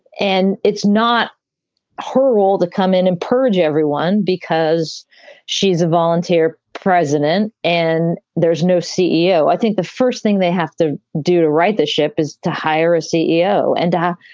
and it's not her role to come in and purge everyone because she's a volunteer president and there is no ceo i think the first thing they have to do to right the ship is to hire a ceo. and.